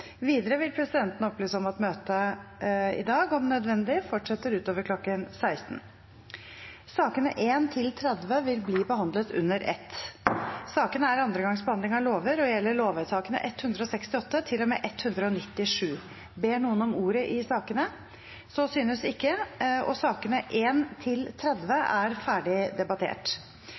Videre vil presidenten opplyse om at møtet i dag om nødvendig fortsetter utover kl. 16. Sakene nr. 1–30 vil bli behandlet under ett. Ingen har bedt om ordet. Stortinget går da til votering over sakene nr. 1–30 på dagens kart samt sak nr. 39, Referat. Sakene nr. 1–30 er andre gangs behandling av lovsaker og gjelder lovvedtakene 168 til